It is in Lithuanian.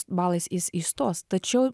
balais jis įstos tačiau